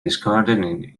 discarded